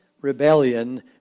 rebellion